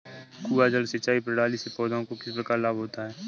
कुआँ जल सिंचाई प्रणाली से पौधों को किस प्रकार लाभ होता है?